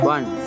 One